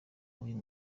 w’uyu